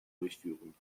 durchführen